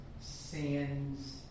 sins